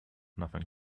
nothing